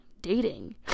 dating